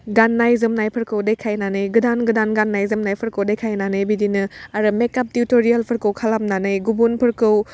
गाननाय जोमनायफोरखौ देखायनानै गोदान गोदान गाननाय जोमनायफोरखौ देखायनानै बिदिनो आरो मेकाप टिउटरियेलफोरखौ खालामनानै गुबुनफोरखौ